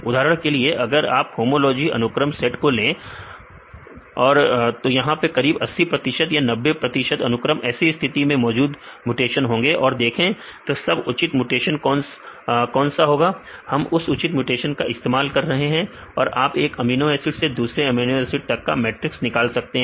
उदाहरण के लिए अगर आप होमोलॉजी अनुक्रम के सेट को ले कहे तो करीब 80 प्रतिशत या 90 प्रतिशत अनुक्रम ऐसी स्थिति में बहुत से म्यूटेशन होंगे और देखें तो सबसे उचित म्यूटेशन कौन सा होगा हम इस उचित म्यूटेशन का इस्तेमाल कर रहे हैं और आप एक अमीनो एसिड से दूसरे अमीनो एसिड तक का मैट्रिक्स निकाल सकते हैं